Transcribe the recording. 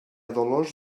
dolors